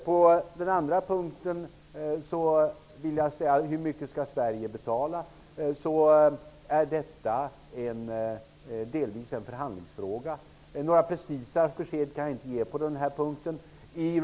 Sverige skall betala, vill jag säga att det delvis är en förhandlingsfråga. Några precisa besked kan jag inte lämna på den punkten.